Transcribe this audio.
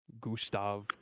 Gustav